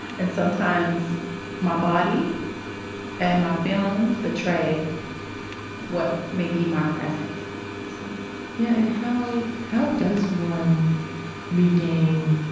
and sometimes my body and my feelings betray what may be my present so yeah, and how, how does one regain,